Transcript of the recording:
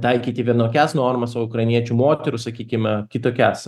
taikyti vienokias normas o ukrainiečių moterų sakykime kitokias